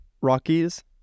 Rockies